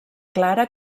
clara